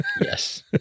Yes